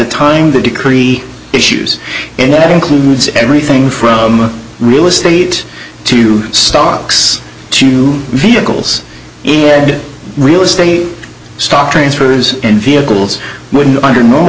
time the decree issues and that includes everything from real estate to stocks to vehicles real estate stock transfers and vehicles wouldn't under normal